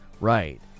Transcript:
right